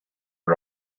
had